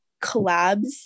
collabs